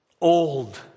old